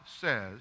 says